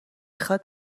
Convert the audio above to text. خواد